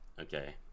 Okay